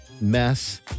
mess